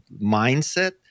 Mindset